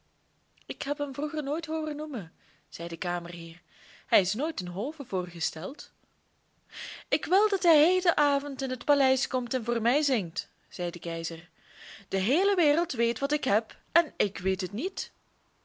ik heb hem vroeger nooit hooren noemen zei de kamerheer hij is nooit ten hove voorgesteld ik wil dat hij heden avond in het paleis komt en voor mij zingt zei de keizer de heele wereld weet wat ik heb en ik weet het niet